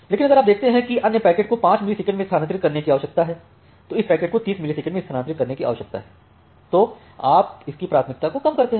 लेकिन अगर आप देखते हैं कि अन्य पैकेट को 5 मिलीसेकंड में स्थानांतरित करने की आवश्यकता है और इस पैकेट को 30 मिलीसेकंड में स्थानांतरित करने की आवश्यकता है तो आप इसकी प्राथमिकता को कम करते हैं